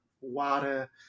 water